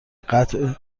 قطع